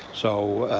so